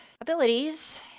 abilities